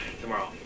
tomorrow